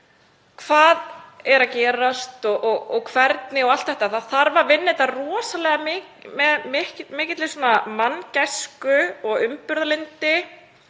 hvað er að gerast og hvernig og allt þetta. Það þarf að vinna þetta rosalega með mikilli manngæsku og umburðarlyndi